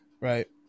right